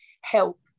help